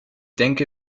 denke